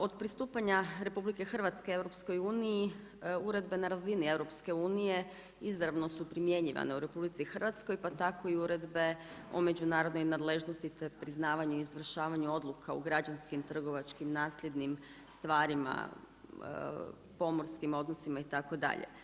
Od pristupanja RH EU uredbe na razini EU izravno su primjenjivane u RH pa tako i uredbe o međunarodnoj nadležnosti te priznavanju i izvršavanju odluka u građanskim, trgovačkim, nasljednim stvarima, pomorskim odnosima itd.